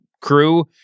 crew